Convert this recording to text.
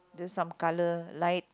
just some colour light